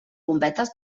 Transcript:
bombetes